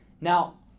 Now